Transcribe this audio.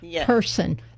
person